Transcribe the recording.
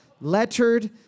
lettered